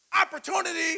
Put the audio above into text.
opportunity